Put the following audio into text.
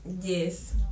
Yes